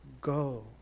go